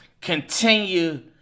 continue